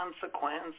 consequence